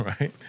Right